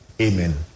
amen